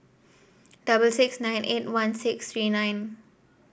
double six nine eight one six three nine